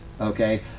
okay